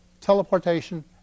teleportation